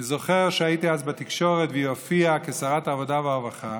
אני זוכר שהייתי אז בתקשורת והיא הופיעה כשרת העבודה והרווחה